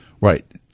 Right